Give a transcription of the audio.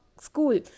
school